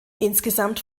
insgesamt